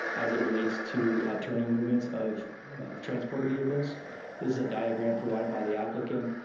as it relates to turning movements of transport vehicles. this is a diagram provided by the applicant.